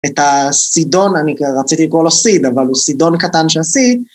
את הסידון, אני רציתי לקרוא לו סיד, אבל הוא סידון קטן של סיד.